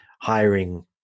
hiring